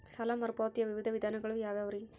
ಸಾಲ ಮರುಪಾವತಿಯ ವಿವಿಧ ವಿಧಾನಗಳು ಯಾವ್ಯಾವುರಿ?